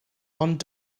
ond